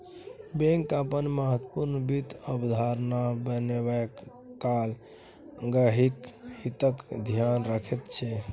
bank अपन महत्वपूर्ण वित्त अवधारणा बनेबा काल गहिंकीक हितक ध्यान रखैत छै